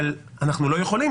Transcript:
אבל אנחנו לא יכולים,